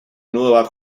nueva